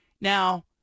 now